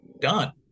done